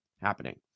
happening